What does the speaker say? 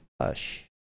hush